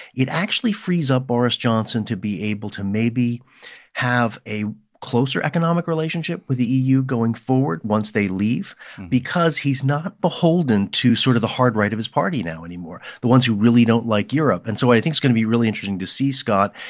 it actually frees up boris johnson to be able to maybe have a closer economic relationship with the eu going forward once they leave because he's not beholden to sort of the hard right of his party now anymore, the ones who really don't like europe. and so what i think's going to be really interesting to see, scott,